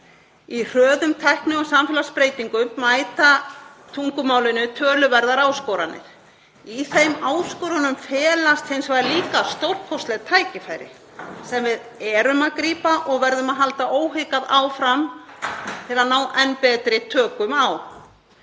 Í hröðum tækni- og samfélagsbreytingum mæta tungumálinu töluverðar áskoranir. Í þeim áskorunum felast hins vegar líka stórkostleg tækifæri sem við grípum og verðum að halda óhikað áfram að grípa til að ná enn betri tökum á